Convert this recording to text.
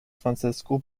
francisco